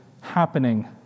happening